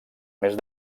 més